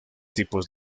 tipos